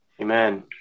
Amen